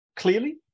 clearly